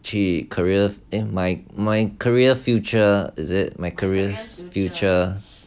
去 career and my my careers future is it my careers future